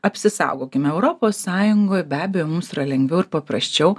apsisaugokime europos sąjungoj be abejo mums yra lengviau ir paprasčiau